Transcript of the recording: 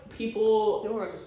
people